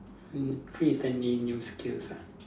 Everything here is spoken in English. in~ instantly new skills ah